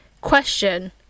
Question